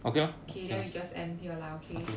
K then we just end here lah okay